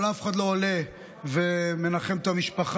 אבל אף אחד לא עולה ומנחם את המשפחה.